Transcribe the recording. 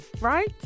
right